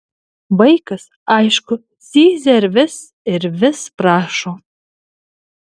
vaikas aišku zyzia ir vis ir vis prašo